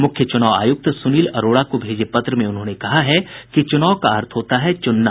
मुख्य च्नाव आयुक्त सुनील अरोड़ा को भेजे पत्र में उन्होंने कहा है कि चुनाव का अर्थ होता है चुनना